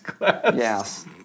Yes